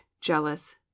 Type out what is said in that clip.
jealous